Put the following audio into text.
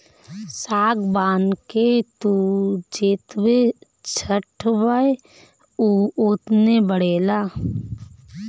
सागवान के तू जेतने छठबअ उ ओतने बढ़ेला